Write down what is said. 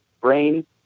brain